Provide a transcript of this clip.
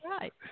right